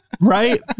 Right